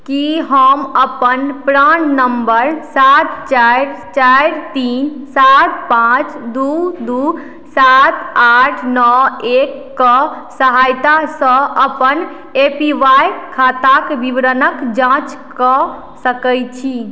की हम अपन PRAN number सात चारि चारि तीन सात पाँच दू दू सात आठ नओ एकके सहायतासँ अपन ए पी वाइ खाताक विवरणक जाँच कऽ सकैत छी